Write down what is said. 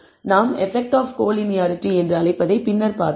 நாம் effect of collinearity என்று அழைப்பதைப் பின்னர் பார்ப்போம்